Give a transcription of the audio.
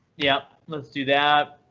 yeah, let's do that.